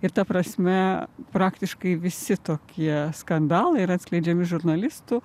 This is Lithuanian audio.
ir ta prasme praktiškai visi tokie skandalai yra atskleidžiami žurnalistų